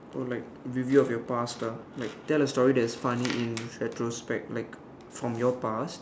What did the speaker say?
oh like review of your past lah like tell a story that is funny in retrospect like from your past